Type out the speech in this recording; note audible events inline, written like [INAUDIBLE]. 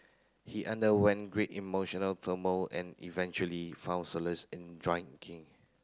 he underwent great emotional turmoil and eventually found solace in [UNINTELLIGIBLE]